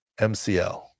MCL